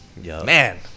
man